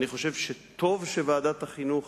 אני חושב שטוב שוועדת החינוך